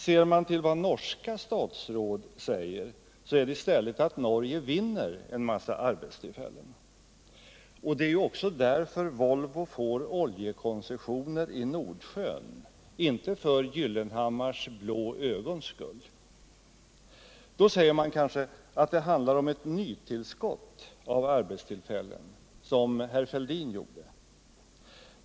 Ser man till vad norska statsråd säger, vinner Norge i stället en massa arbetstillfällen. Det är också därför Volvo får oljekoncessioner i Nordsjön, inte för Gyllenhammars blå ögons skull. Då säger man kanske att det handlar om ett nytillskott av arbetstillfällen, som herr Fälldin gjorde.